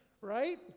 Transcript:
right